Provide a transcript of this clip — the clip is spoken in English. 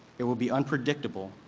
it will be unpredictable,